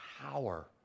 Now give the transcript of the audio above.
power